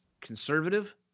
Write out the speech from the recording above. conservative